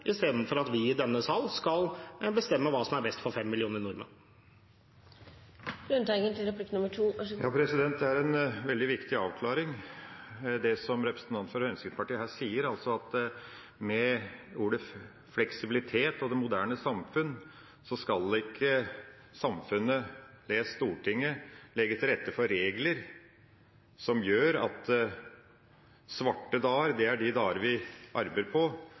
istedenfor at vi i denne sal skal bestemme hva som er best for 5 millioner nordmenn. Det er en veldig viktig avklaring, det som representanten for Fremskrittspartiet her sier, at med ord som «fleksibilitet» og «det moderne samfunnet» skal ikke samfunnet ved Stortinget legge til rette for regler som gjør at «svarte» dager er de dagene vi arbeider på,